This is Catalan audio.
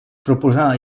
proposar